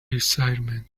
excitement